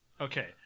Okay